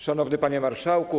Szanowny Panie Marszałku!